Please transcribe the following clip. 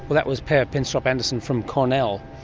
that was per pinstrup-andersen from cornell,